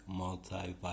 multivitamins